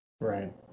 Right